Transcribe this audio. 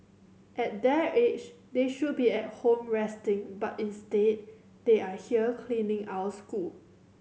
at their age they should be at home resting but instead they are here cleaning our school